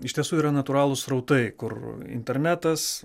iš tiesų yra natūralūs srautai kur internetas